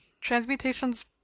transmutations